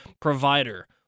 provider